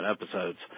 episodes